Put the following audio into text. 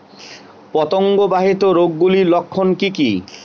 পতঙ্গ বাহিত রোগ গুলির লক্ষণ কি কি?